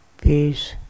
peace